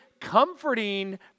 comforting